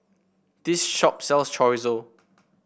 this shop sells Chorizo